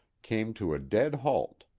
came to a dead halt,